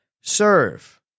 serve